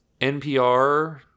NPR